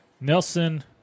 Nelson